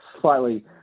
slightly